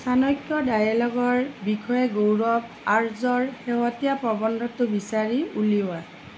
চাণক্যৰ ডায়েলগৰ বিষয়ে গৌৰৱ আৰ্যৰ শেহতীয়া প্ৰবন্ধটো বিচাৰি উলিওৱা